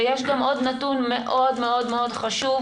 ויש גם עוד נתון מאוד מאוד מאוד חשוב,